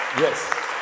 Yes